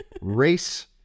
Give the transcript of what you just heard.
race